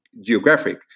Geographic